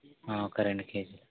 ఒక రెండు కేజీలు